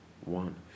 One